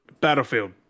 Battlefield